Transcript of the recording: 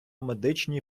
медичній